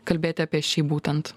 kalbėti apie šį būtent